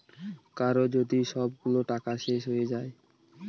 কারো যদি সবগুলো টাকা শেষ হয়ে যায়